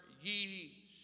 ye